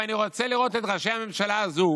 ואני רוצה לראות את ראשי הממשלה הזאת